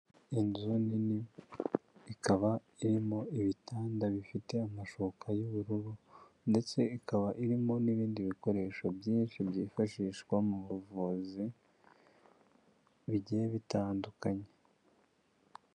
Inzu nini ikaba irimo ibitanda bifite amashoka y'ubururu, ndetse ikaba irimo n'ibindi bikoresho byinshi byifashishwa mu buvuzi bigiye bitandukanye.